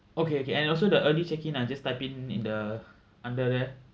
okay okay and also the early check in I just type in the under there